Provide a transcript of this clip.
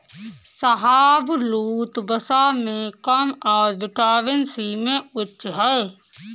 शाहबलूत, वसा में कम और विटामिन सी में उच्च है